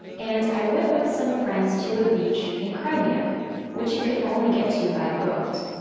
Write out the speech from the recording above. and i went with some friends to a beach in crimea which you could only get to by boat.